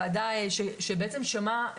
משרדית ששמעה,